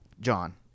John